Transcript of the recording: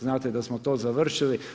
Znate da smo to završili.